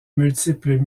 multiples